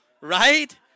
right